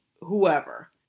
whoever